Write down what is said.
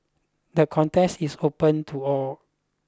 the contest is open to all